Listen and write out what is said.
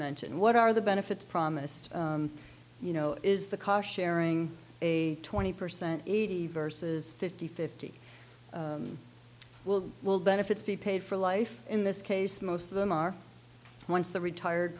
mentioned what are the benefits promised you know is the car sharing a twenty percent eighty versus fifty fifty will will benefits be paid for life in this case most of them are once the retired